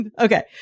Okay